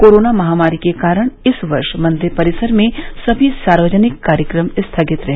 corona महामारी के कारण इस वर्ष मंदिर परिसर में सभी सार्वजनिक कार्यक्रम स्थगित रहे